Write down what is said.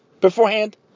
beforehand